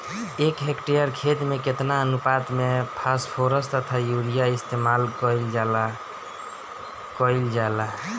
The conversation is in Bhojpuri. एक हेक्टयर खेत में केतना अनुपात में फासफोरस तथा यूरीया इस्तेमाल कईल जाला कईल जाला?